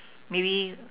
maybe